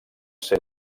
ser